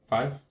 Five